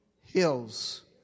Hills